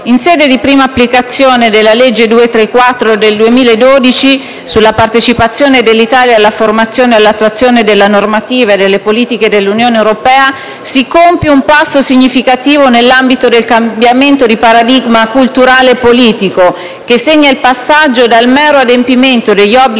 in sede di prima applicazione della legge n. 234 del 2012 sulla partecipazione dell'Italia alla formazione e all'attuazione della normativa e delle politiche dell'Unione europea, si compie un passo significativo nell'ambito del cambiamento del paradigma culturale e politico, che segna il passaggio dal mero adempimento degli obblighi